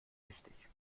wichtig